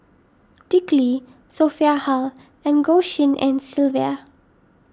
Dick Lee Sophia Hull and Goh Tshin En Sylvia